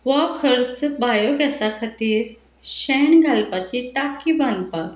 हो खर्च बायोगॅसा खातीर शेण घालपाची टाकी बांदपाक